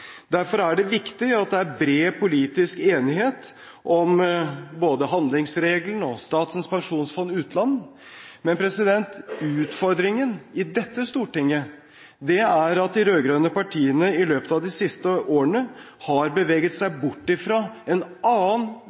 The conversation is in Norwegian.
Derfor er det viktig at det er bred politisk enighet om både handlingsregelen og Statens pensjonsfond utland. Utfordringen i dette Stortinget er at de rød-grønne partiene i løpet av de siste årene har beveget seg bort fra en annen